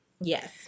Yes